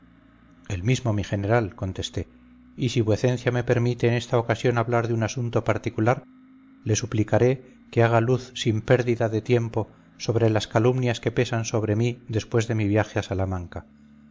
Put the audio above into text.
el mismo mi general contesté y si vuecencia me permite en esta ocasión hablar de un asunto particular le suplicaré que haga luz sin pérdida de tiempo sobre las calumnias que pesan sobre mí después de mi viaje a salamanca